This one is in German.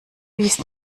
ist